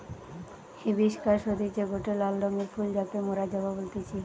hibiscus হতিছে গটে লাল রঙের ফুল যাকে মোরা জবা বলতেছি